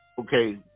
okay